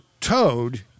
toad